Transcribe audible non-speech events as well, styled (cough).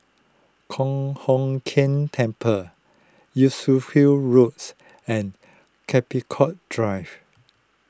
Kong Hock Keng Temple (unintelligible) Roads and Capricorn Drive